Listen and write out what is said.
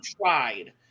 tried